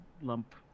lump